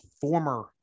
former